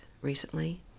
recently